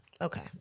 Okay